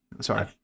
sorry